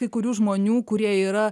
kai kurių žmonių kurie yra